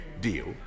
deal